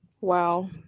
Wow